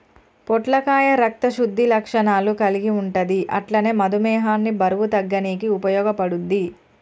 పొట్లకాయ రక్త శుద్ధి లక్షణాలు కల్గి ఉంటది అట్లనే మధుమేహాన్ని బరువు తగ్గనీకి ఉపయోగపడుద్ధి